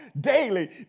daily